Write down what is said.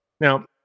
Now